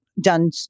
done